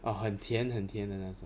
oh 很甜很甜的那种